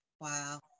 Wow